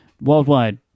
Worldwide